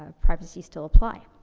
ah privacy still apply?